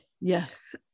Yes